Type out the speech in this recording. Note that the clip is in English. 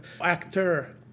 actor